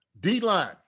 D-line